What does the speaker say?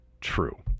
true